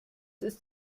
ist